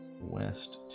west